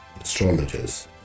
astrologers